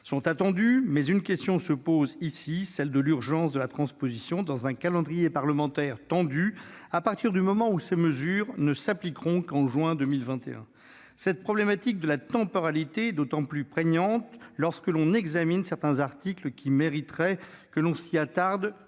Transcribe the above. sont attendues, mais une question demeure : l'urgence de la transposition dans un calendrier parlementaire tendu, dès lors que ces mesures ne s'appliqueront qu'en juin 2021. Cette problématique de la temporalité est encore plus prégnante pour certains articles, qui mériteraient que l'on s'y attarde